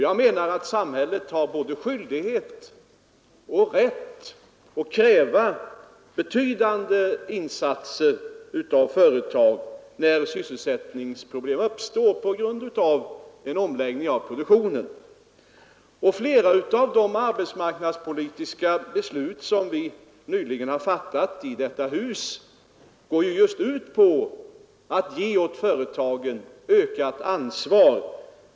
Jag menar att samhället har både skyldighet och rätt att kräva betydande insatser av företag när sysselsättningsproblem uppstår på grund av en omläggning av produktionen. Flera av de arbetsmarknadspolitiska beslut som vi nyligen fattat i detta hus går just ut på att ge ökat ansvar åt företagen.